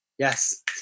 Yes